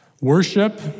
worship